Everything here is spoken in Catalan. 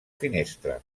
finestra